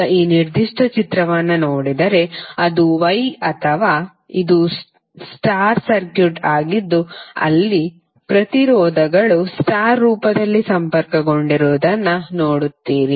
ಈಗ ಈ ನಿರ್ದಿಷ್ಟ ಚಿತ್ರವನ್ನು ನೋಡಿದರೆ ಇದು Y ಅಥವಾ ಇದು ಸ್ಟಾರ್ ಸರ್ಕ್ಯೂಟ್ ಆಗಿದ್ದು ಅಲ್ಲಿ ಪ್ರತಿರೋಧಗಳು ಸ್ಟಾರ್ ರೂಪದಲ್ಲಿ ಸಂಪರ್ಕಗೊಂಡಿರುವುದನ್ನು ನೋಡುತ್ತೀರಿ